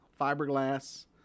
fiberglass